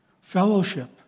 Fellowship